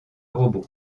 robot